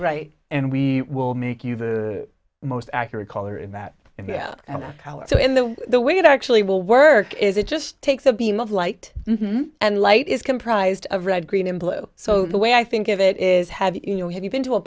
right and we will make you the most accurate color in that and color so in the way it actually will work is it just takes the beam of light and light is comprised of red green and blue so the way i think of it is have you know have you been to a